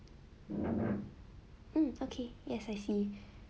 hmm okay yes I see